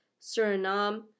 Suriname